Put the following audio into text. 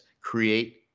create